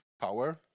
power